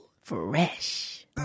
Fresh